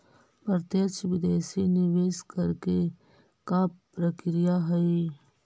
प्रत्यक्ष विदेशी निवेश करे के का प्रक्रिया हइ?